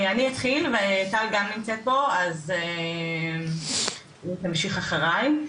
אני אתחיל וטל גם נמצאת פה והיא תמשיך אחריי.